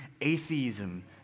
atheism